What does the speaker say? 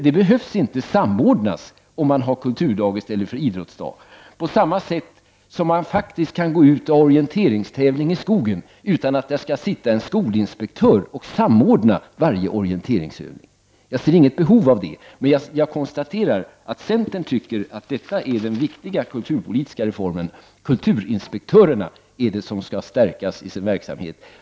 Det behöver inte ske någon samordning bara därför att man har kulturdagar i stället för idrottsdagar. Man kan ju faktiskt ha orienteringstävling i skogen utan att det där behöver sitta en skolinspektör och samordna varje orienteringsövning. Jag ser inget behov av något sådant, men jag konstaterar att centern tycker att detta är den viktiga kulturpolitiska reformen. Det är kulturinspektörerna som skall stärkas i sin verksamhet.